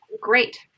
great